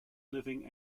living